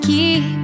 Keep